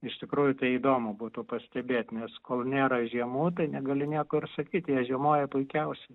iš tikrųjų tai įdomu būtų pastebėt nes kol nėra žiemų tai negali nieko ir sakyt jie žiemoja puikiausiai